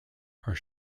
are